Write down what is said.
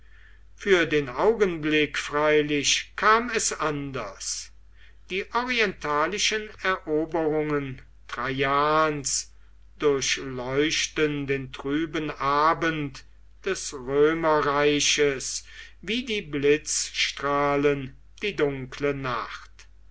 für den augenblick freilich kam es anders die orientalischen eroberungen traians durchleuchten den trüben abend des römerreiches wie die blitzstrahlen die dunkle nacht